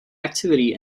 activity